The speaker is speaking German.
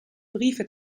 briefe